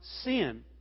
sin